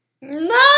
No